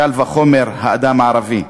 קל וחומר האדם הערבי.